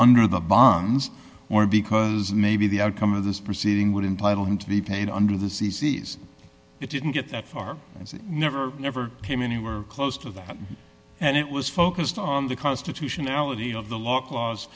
under the buns or because maybe the outcome of this proceeding would entitle him to be paid under the c c s it didn't get that far and never never came anywhere close to that and it was focused on the constitutionality of the law cla